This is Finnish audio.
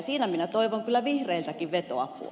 siinä minä toivon kyllä vihreiltäkin vetoapua